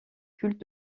culte